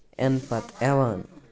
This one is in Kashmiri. اَمہِ پَتہٕ یِوان